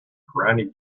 granny